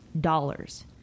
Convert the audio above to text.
dollars